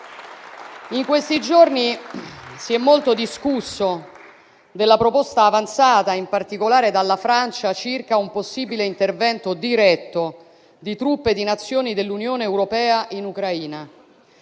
in questi giorni si è molto discusso della proposta avanzata in particolare dalla Francia circa un possibile intervento diretto di truppe di Nazioni dell'Unione europea in Ucraina.